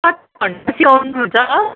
भनेपछि आउनुहुन्छ